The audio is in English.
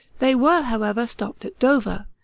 they were, however, stopped at dover,